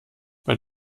bei